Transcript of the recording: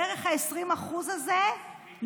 דרך ה-20% האלה,